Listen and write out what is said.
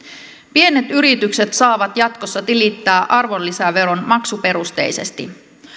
pienet yritykset saavat jatkossa tilittää arvonlisäveron maksuperusteisesti